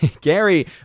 Gary